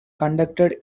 conducted